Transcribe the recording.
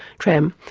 tram,